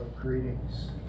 greetings